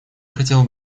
хотел